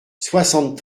soixante